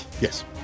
Yes